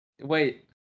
wait